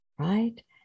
right